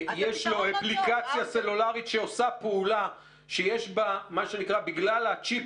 יש לו אפליקציה סלולרית שעושה פעולה שבגלל הצ'יפ